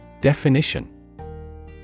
Definition